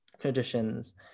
traditions